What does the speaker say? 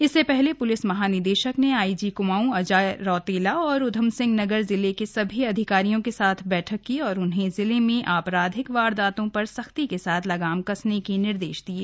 इससे पहले प्लिस महानिदेशक ने आई जी क्माऊं अजय रौतेला के साथ ऊधम सिंह नगर जिले के सभी अधिकारियों के साथ बैठक की और उन्हें जिले में आपराधिक वारदातों पर सख्ती के साथ लगाम कसने के निर्देश दिये